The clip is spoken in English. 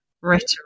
rhetoric